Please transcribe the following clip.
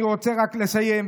אני רוצה לסיים,